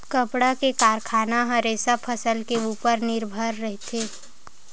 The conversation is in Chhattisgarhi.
कपड़ा के कारखाना ह रेसा फसल के उपर निरभर रहिथे